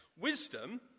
wisdom